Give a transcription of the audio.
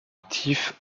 actif